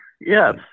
Yes